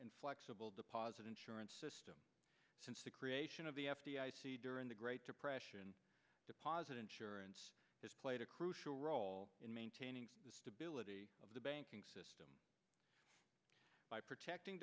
and flexible deposit insurance system since the creation of the f d i c during the great depression deposit insurance has played a crucial role in maintaining the stability of the banking system by protecting